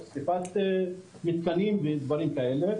שריפת מתקנים ודברים כאלה,